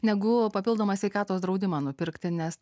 negu papildomą sveikatos draudimą nupirkti nes